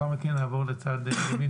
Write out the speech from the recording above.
אור,